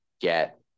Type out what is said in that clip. get